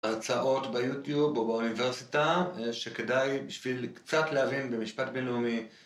הרצאות ביוטיוב או באוניברסיטה שכדאי בשביל קצת להבין במשפט בינלאומי